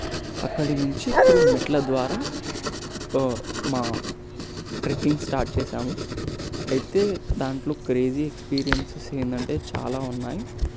అక్కడి నుంచి త్రూ మెట్ల ద్వారా మా ట్రెక్కింగ్ స్టార్ట్ చేసాము అయితే దాంట్లో క్రేజీ ఎక్స్పీరియన్సెస్ ఏంటంటే చాలా ఉన్నాయి